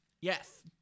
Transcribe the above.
Yes